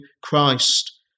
Christ